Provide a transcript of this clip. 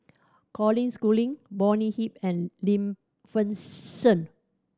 Colin Schooling Bonny Hicks and Lim Fei Shen